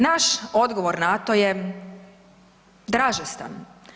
Naš odgovor na to je dražestan.